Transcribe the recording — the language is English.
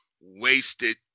wasted